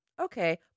okay